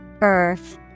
earth